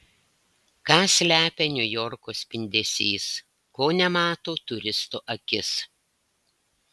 ką slepia niujorko spindesys ko nemato turisto akis